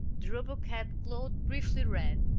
the robotcab glowed briefly red,